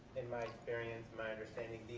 in my experience, my understanding,